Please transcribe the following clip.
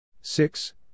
six